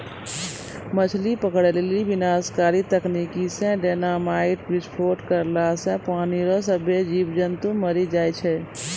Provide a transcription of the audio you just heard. मछली पकड़ै लेली विनाशकारी तकनीकी से डेनामाईट विस्फोट करला से पानी रो सभ्भे जीब जन्तु मरी जाय छै